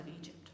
Egypt